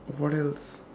what else